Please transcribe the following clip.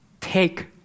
take